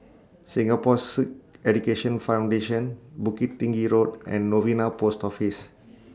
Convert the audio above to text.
Singapore Sikh Education Foundation Bukit Tinggi Road and Novena Post Office